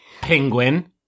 Penguin